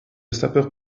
sapeur